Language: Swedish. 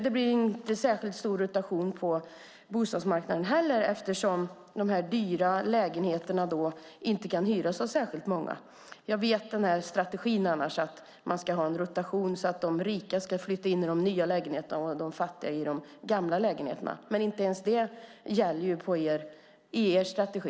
Det blir inte särskilt stor rotation på bostadsmarknaden eftersom de dyra lägenheterna inte kan hyras av särskilt många. Jag känner till strategin att det ska vara en rotation så att de rika ska flytta in i de nya lägenheterna och de fattiga i de gamla lägenheterna. Men inte ens det gäller i er strategi.